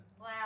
Wow